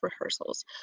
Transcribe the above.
rehearsals